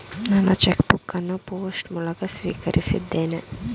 ನನ್ನ cheque book ಅನ್ನು post ಮೂಲಕ ಸ್ವೀಕರಿಸಿದ್ದೇನೆ